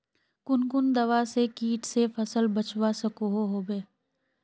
कुन कुन दवा से किट से फसल बचवा सकोहो होबे?